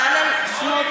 אינו נוכח בצלאל סמוטריץ,